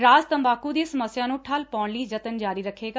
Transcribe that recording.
ਰਾਜ ਤੰਬਾਕੂ ਦੀ ਸਮੱਸਿਆ ਨੂੰ ਠੱਲ ਪਾਉਣ ਲਈ ਯਤਨ ਜਾਰੀ ਰੱਖੇਗਾ